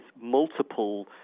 multiple